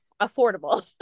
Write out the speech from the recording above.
affordable